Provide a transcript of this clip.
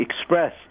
express